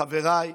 חבריי,